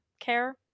care